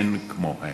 אין כמוהם.